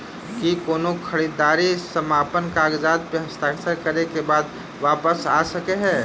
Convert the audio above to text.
की कोनो खरीददारी समापन कागजात प हस्ताक्षर करे केँ बाद वापस आ सकै है?